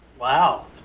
Wow